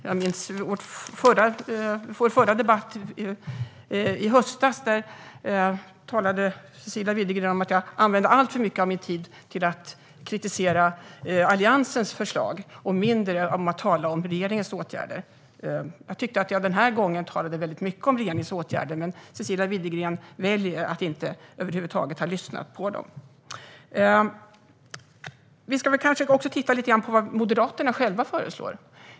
Vid den debatt vi hade i höstas minns jag att Cecilia Widegren sa att jag använde alltför mycket av min talartid till att kritisera Alliansens förslag och mindre till att tala om regeringens åtgärder. Jag tyckte att jag den här gången talade väldigt mycket om regeringens åtgärder, men Cecilia Widegren väljer att över huvud taget inte lyssna på det. Vi kanske ska titta lite på vad Moderaterna själva föreslår.